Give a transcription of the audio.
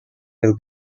will